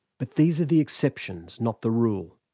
but these are the exceptions, not the rule.